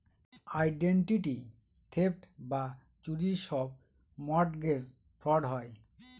identity theft বা চুরির সব মর্টগেজ ফ্রড হয়